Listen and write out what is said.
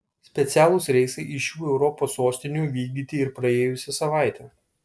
specialūs reisai iš šių europos sostinių vykdyti ir praėjusią savaitę